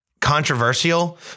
controversial